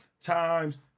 Times